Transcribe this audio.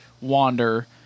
wander